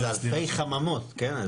זה אלפי חממות, כן?